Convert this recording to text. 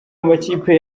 amakipe